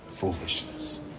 foolishness